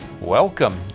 Welcome